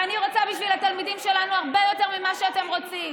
ואני רוצה בשביל התלמידים שלנו הרבה יותר ממה שאתם רוצים,